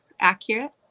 accurate